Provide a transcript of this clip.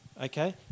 Okay